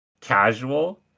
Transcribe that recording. casual